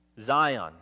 Zion